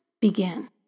begin